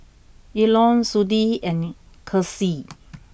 Elon Sudie and Kirstie